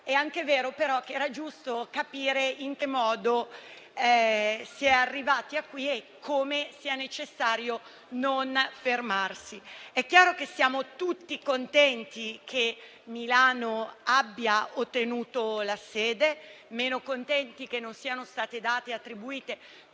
è anche vero che era giusto capire in che modo si è arrivati sin qui e come sia necessario non fermarsi. È chiaro che siamo tutti contenti che Milano abbia ottenuto la sede. Siamo meno contenti che non siano state attribuite